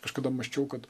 kažkada mąsčiau kad